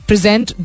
Present